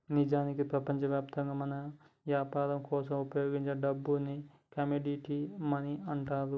నిజానికి ప్రపంచవ్యాప్తంగా మనం యాపరం కోసం ఉపయోగించే డబ్బుని కమోడిటీ మనీ అంటారు